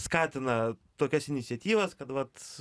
skatina tokias iniciatyvas kad vat